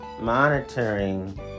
monitoring